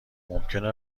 ممکنه